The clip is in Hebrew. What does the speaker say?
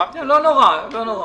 לא נורא.